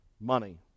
money